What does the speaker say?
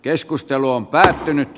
ja on päättynyt